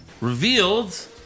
revealed